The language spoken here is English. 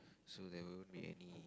so they won't make any